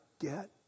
get